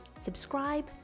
subscribe